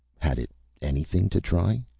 had it anything to try?